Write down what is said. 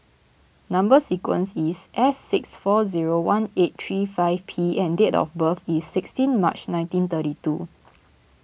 Number Sequence is S six four zero one eight three five P and date of birth is sixteen March nineteen thirty two